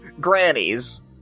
grannies